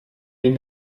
den